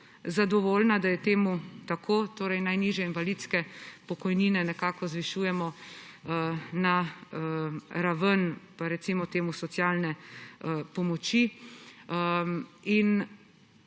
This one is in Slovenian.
zadovoljna, da je to tako, torej najnižje invalidske pokojnine nekako zvišujemo na raven, recimo temu, socialne pomoči.